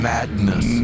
Madness